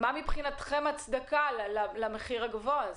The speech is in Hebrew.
מה מבחינתכם ההצדקה למחיר הגבוה הזה?